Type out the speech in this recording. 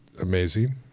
amazing